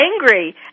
angry